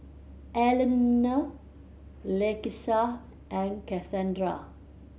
Alannah Lakeisha and Kasandra